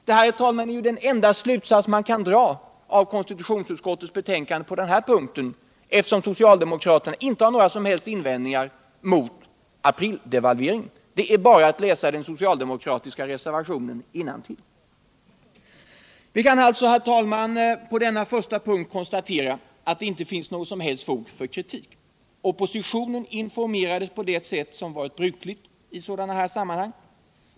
Det är den enda slutsats vi kan dra av konstitutionsutskottets betänkande på den punkten, eftersom socialdemokraterna inte har några som helst invändningar mot aprildevalveringen. Det är bara att läsa den socialdemokratiska reservationen innantill. Vi kan alltså, herr talman, konstatera att det icke finns något som helst fog för kritik på den första punkten. Oppositionen informerades på det sätt som varit brukligt i sådana sammanhang.